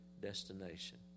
destination